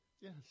Yes